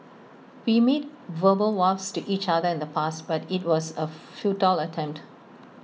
we made verbal vows to each other in the past but IT was A futile attempt